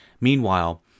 Meanwhile